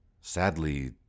sadly